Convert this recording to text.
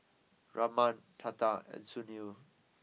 Raman Tata and Sunil